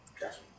Yes